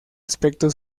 aspecto